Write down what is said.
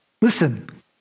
Listen